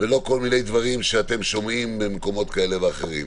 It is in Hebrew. ולא כל מיני דברים שאתם שומעים ממקומות כאלה ואחרים: